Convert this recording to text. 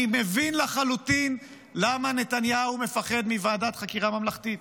אני מבין לחלוטין למה נתניהו מפחד מוועדת חקירה ממלכתית,